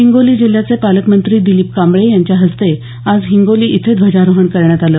हिंगोली जिल्ह्याचे पालकमंत्री दिलीप कांबळे यांच्या हस्ते आज हिंगोली इथे ध्वजारोहण करण्यात आलं